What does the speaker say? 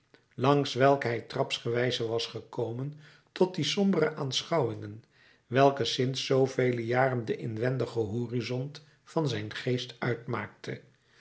langs welke hij trapsgewijze was gekomen tot die sombere aanschouwingen welke sinds zoovele jaren de inwendige horizont van zijn geest uitmaakte